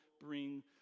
bring